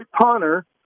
punter